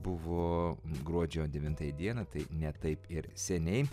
buvo gruodžio devintąją dieną tai ne taip ir seniai